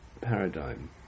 paradigm